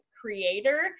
creator